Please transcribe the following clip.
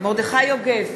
מרדכי יוגב,